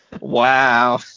Wow